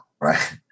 right